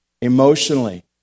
Emotionally